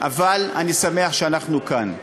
אבל אני שמח שאנחנו כאן.